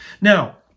Now